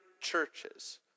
churches